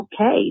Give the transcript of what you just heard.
okay